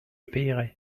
paierai